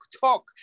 talk